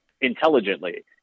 intelligently